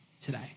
today